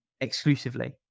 exclusively